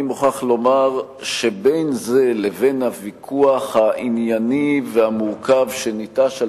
אני מוכרח לומר שבין זה לבין הוויכוח הענייני והמורכב שניטש על